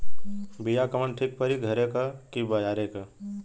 बिया कवन ठीक परी घरे क की बजारे क?